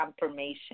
confirmation